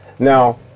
Now